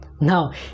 now